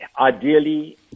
Ideally